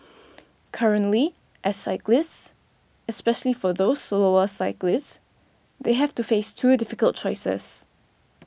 currently as cyclists especially for those slower cyclists they have to face two difficult choices